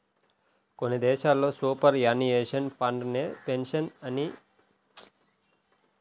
కొన్ని దేశాల్లో superannuation fund నే పెన్షన్ ఫండ్ అని కూడా పిలుస్తున్నారు